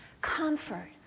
Comfort